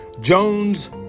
Jones